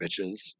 bitches